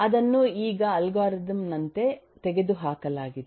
ಇದನ್ನು ಈಗ ಅಲ್ಗಾರಿದಮ್ ನಂತೆ ತೆಗೆದುಹಾಕಲಾಗಿದೆ